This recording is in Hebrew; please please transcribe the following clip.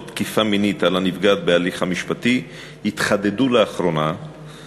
תקיפה מינית על הנפגעת בהליך המשפטי התחדדו מחדש